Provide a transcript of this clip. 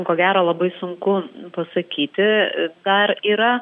ko gero labai sunku pasakyti dar yra